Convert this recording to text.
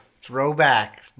throwback